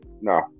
No